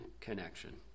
connection